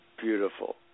Beautiful